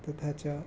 तथा च